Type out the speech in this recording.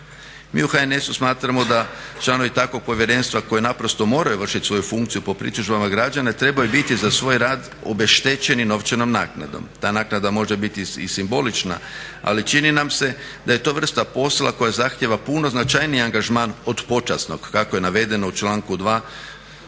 Mi u HNS-u smatramo da članovi takvog povjerenstva koji naprosto moraju vršit svoju funkciju po pritužbama građana trebaju biti za svoj rad obeštećeni novčanom naknadom. Ta naknada može biti i simbolična, ali čini nam se da je to vrsta posla koja zahtijeva puno značajniji angažman od počasnog kako je navedeno u članku 2.